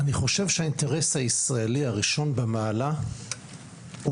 חושב שהאינטרס הישראלי הראשון במעלה הוא